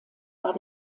war